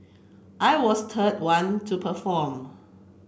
I was third one to perform